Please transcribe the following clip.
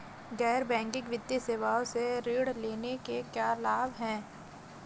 गैर बैंकिंग वित्तीय सेवाओं से ऋण लेने के क्या लाभ हैं?